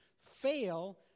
fail